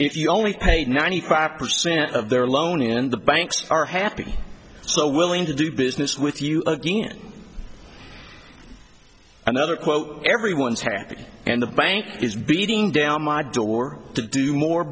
if you only pay ninety five percent of their loan and the banks are happy so willing to do business with you another quote everyone's happy and the bank is beating down my door to do more